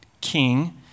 king